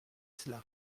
cela